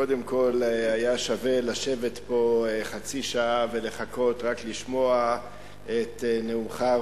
קודם כול היה שווה לשבת פה חצי שעה ולחכות רק לשמוע את נאומך,